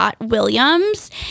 Williams